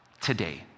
today